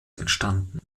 entstanden